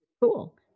Cool